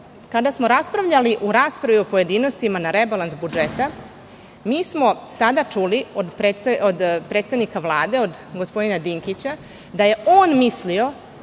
kada smo raspravljali u raspravi o pojedinostima na rebalans budžeta, mi smo tada čuli od predsednika Vlade, od gospodina Dinkić, da je on mislio,